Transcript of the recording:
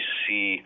see